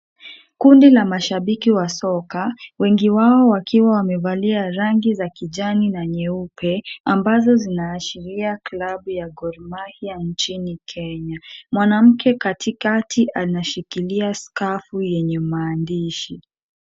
Kundi la mashabiki wa soka, wengi wao wakiwa wamevalia rangi za kijani na nyeupe, ambazo zinaashiria klabu ya Gor Mahia nchini Kenya. Mwanamke katikati anashikilia skafu yenye maandishi.